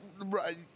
Right